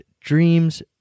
dreams